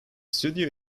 studio